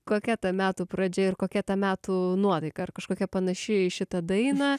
kokia ta metų pradžia ir kokia ta metų nuotaika ar kažkokia panaši į šitą dainą